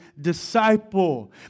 disciple